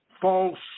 false